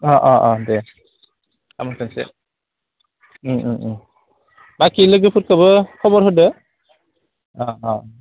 अ अ दे गाबोन थांनोसै बाखि लोगोफोरखौबो खबर होदो अ अ